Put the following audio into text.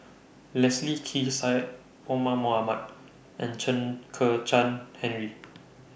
Leslie Kee Syed Omar Mohamed and Chen Kezhan Henri